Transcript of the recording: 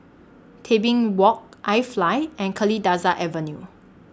Tebing Walk IFly and Kalidasa Avenue